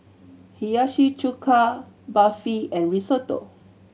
Hiyashi Chuka Barfi and Risotto